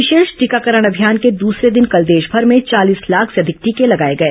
विशेष टीकाकरण अभियान के दूसरे दिन कल देशभर में चालीस लाख अधिक टीके लगाए गए